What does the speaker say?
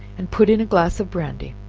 and put in a glass of brandy